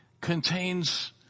contains